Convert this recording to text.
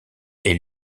est